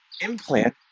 Implant